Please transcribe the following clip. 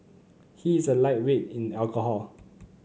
he is a lightweight in alcohol